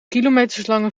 kilometerslange